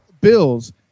Bills